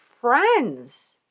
friends